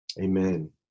amen